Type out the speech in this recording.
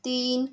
तीन